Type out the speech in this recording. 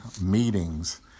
meetings